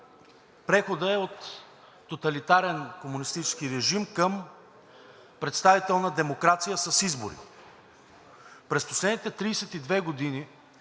Преходът е от тоталитарен комунистически режим към представителна демокрация с избори. През последните 32 години